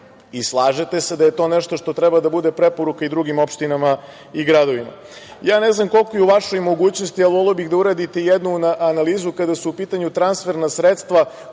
Slažete se da je to nešto što treba da bude preporuka i drugim opštinama i gradovima. Ne znam koliko je u vašoj mogućnosti, ali voleo bih da uradite jednu analizu, kada su u pitanju transferna sredstva